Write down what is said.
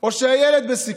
או שהילד בסיכון.